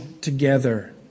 together